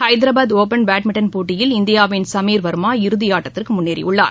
Hyderabad open badminton போட்டியில் இந்தியாவின் சமீர் வர்மா இறதியாட்டத்திற்கு முன்னேறியுள்ளார்